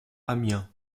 amiens